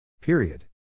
Period